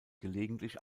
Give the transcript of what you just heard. gelegentlich